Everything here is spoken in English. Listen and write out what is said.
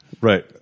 Right